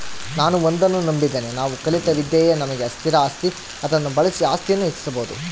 ನಾನು ಒಂದನ್ನು ನಂಬಿದ್ದೇನೆ ನಾವು ಕಲಿತ ವಿದ್ಯೆಯೇ ನಮಗೆ ಸ್ಥಿರ ಆಸ್ತಿ ಅದನ್ನು ಬಳಸಿ ಆಸ್ತಿಯನ್ನು ಹೆಚ್ಚಿಸ್ಬೋದು